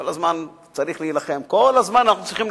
כל הזמן צריך להילחם, כל הזמן אנחנו צריכים,